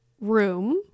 room